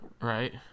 Right